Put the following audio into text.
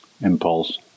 impulse